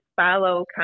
follow